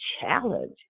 challenge